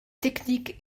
technique